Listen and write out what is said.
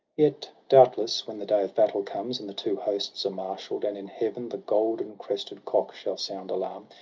yet, doubtless, when the day of battle comes, and the two hosts are marshall'd, and in heaven the golden-crested cock shall sound alarm,